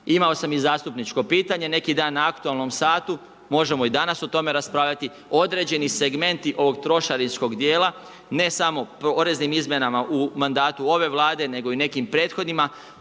Imao sam i zastupničko pitanje neki dan, na aktualnom satu, možemo i danas o tome raspravljati, određeni segmenti ovog trošaričkog dijela, ne samo poreznim izmjenama u mandatu ove vlade, nego i u nekim prethodnima,